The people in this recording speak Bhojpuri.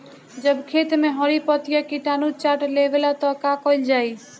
जब खेत मे हरी पतीया किटानु चाट लेवेला तऽ का कईल जाई?